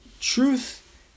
truth